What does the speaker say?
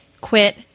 quit